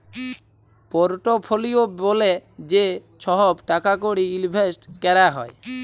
portfolio ব্যলে যে ছহব টাকা কড়ি ইলভেসট ক্যরা হ্যয়